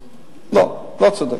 לא, לא צודק.